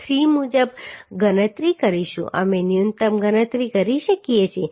3 મુજબ ગણતરી કરીશું અમે ન્યૂનતમ ગણતરી કરી શકીએ છીએ